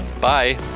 Bye